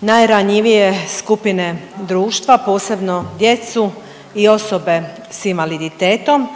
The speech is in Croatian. najranjivije skupine društva posebno djecu i osobe s invaliditetom.